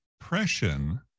oppression